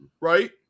Right